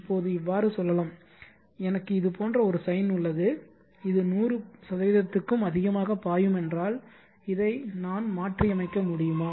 இப்போது இவ்வாறு சொல்லலாம் எனக்கு இது போன்ற ஒரு சைன் உள்ளது இது 100 க்கும் அதிகமாக பாயும் என்றால் இதை நான் மாற்றியமைக்க முடியுமா